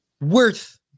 worth